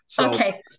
Okay